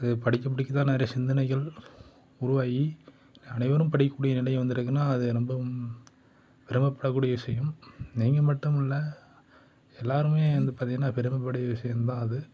அது படிக்க படிக்கதான் நிறைய சிந்தனைகள் உருவாகி அனைவரும் படிக்கக்கூடிய நிலை வந்துருக்குன்னால் அது ரொம்பவும் பெருமைப்படக்கூடிய விஷயம் நீங்கள் மட்டுமில்லை எல்லோருமே வந்து பார்த்திங்கன்னா பெருமைப்பட விஷயந்தான் அது